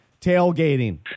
Tailgating